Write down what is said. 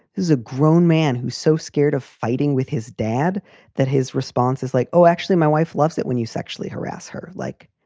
a grown man who's so scared of fighting with his dad that his response is like, oh, actually, my wife loves it when you sexually harass her, like,